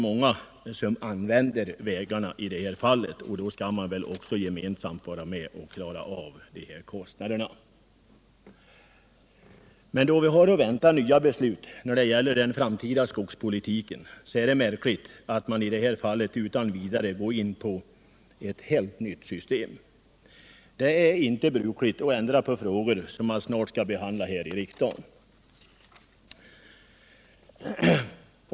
Många använder dessa vägar, och då skall också alla gemensamt betala kostnaderna. Då vi har att vänta nya beslut om den framtida skogspolitiken, är det märkligt att socialdemokraterna utan vidare går in för ett helt nytt system. Det är inte brukligt att ändra förhållandena i frågor som snart skall behandlas i riksdagen.